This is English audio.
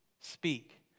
Speak